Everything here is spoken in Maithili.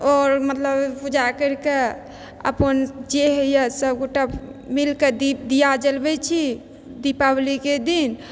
आओर मतलब पूजा करिकऽ अपन जे होइए सबगोटा मिलकऽ दीप दिया जलबै छी दीपावलीके दिन